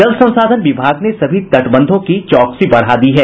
जल संसाधन विभाग ने सभी तटबंधों की चौकसी बढ़ा दी है